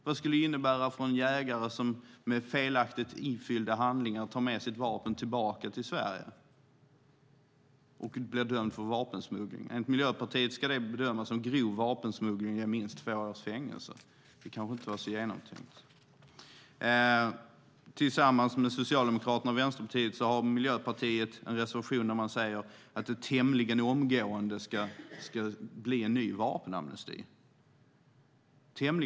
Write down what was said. Vad skulle det innebära för en jägare som med felaktigt ifyllda handlingar tar med sitt vapen tillbaka till Sverige och blir dömd för vapensmuggling? Enligt Miljöpartiet ska det bedömas som grov vapensmuggling och ge minst två års fängelse. Det kanske inte var så genomtänkt. Tillsammans med Socialdemokraterna och Vänsterpartiet har Miljöpartiet en reservation där man säger att det tämligen omgående ska bli en ny vapenamnesti.